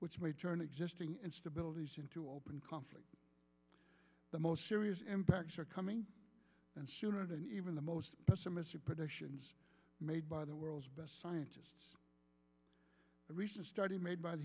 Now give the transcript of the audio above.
which may turn existing instabilities into open conflict the most serious impacts are coming and sooner than even the most pessimistic predictions made by the world's best scientists a recent study made by the